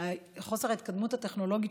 חוסר ההתקדמות הטכנולוגית,